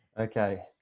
Okay